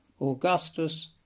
Augustus